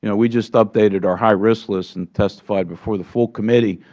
you know we just updated our high-risk list and testified before the full committee.